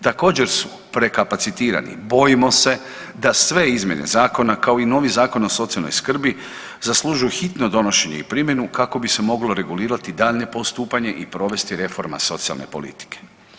Također su prekapacitirani, bojimo se da sve izmjene zakona kao i novi Zakon o socijalnoj skrbi zaslužuje hitno donošenje i primjenu kako bi se moglo regulirati daljnje postupanje i provesti reforma socijalne politike.